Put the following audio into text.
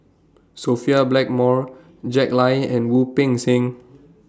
Sophia Blackmore Jack Lai and Wu Peng Seng